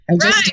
Right